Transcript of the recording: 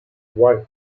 wife